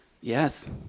Yes